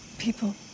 People